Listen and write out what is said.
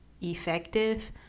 effective